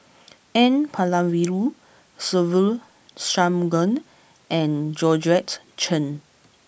N Palanivelu Se Ve Shanmugam and Georgette Chen